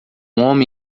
homem